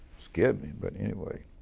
scared me. but anyway,